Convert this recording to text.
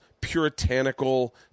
puritanical